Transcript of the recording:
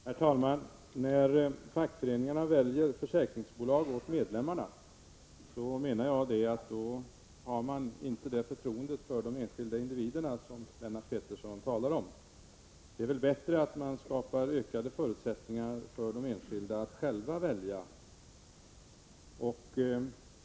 Herr talman! När fackföreningarna väljer försäkringsbolag för medlemmarna, har man inte det förtroende för de enskilda individerna som Lennart Pettersson talar om. Det är väl bättre att man skapar ökade förutsättningar för de enskilda medlemmarna att själva välja.